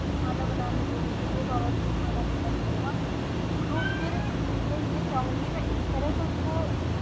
کھانا بنانے دینے کے لیے باورچی خانہ دینا پڑے گا تو پھر میں یہ چاہوں گی میں اس طرح سے اس کو